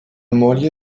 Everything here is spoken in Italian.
moglie